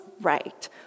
right